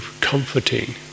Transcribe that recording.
comforting